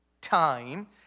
time